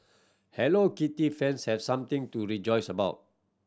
Hello Kitty fans have something to rejoice about